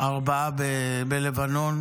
ארבעה בלבנון